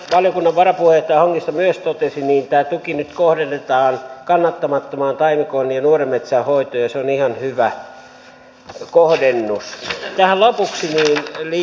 kuten valiokunnan varapuheenjohtaja hongisto myös totesi niin tämä tuki nyt kohdennetaan kannattamattoman taimikon ja nuoren metsän hoitoon ja se on ihan hyvä kohdennus